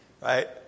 Right